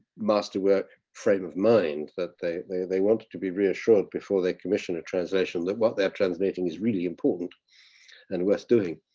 masterwork frame of mind that they they wanted to be reassured before they commission a translation. that what they are translating is really important and worth doing.